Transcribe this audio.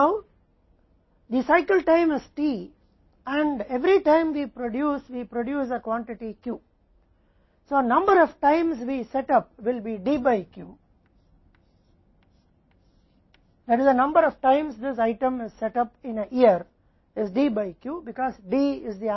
अब चक्र का समय T है और हर बार जब हम उत्पादन करते हैं तो हम एक मात्रा Q का उत्पादन करते हैं इसलिए हम जितनी बार सेट करते हैं वह Q द्वारा D होगा एक वर्ष में यह आइटम जितनी बार सेट किया जाता है वह D द्वारा Q होता है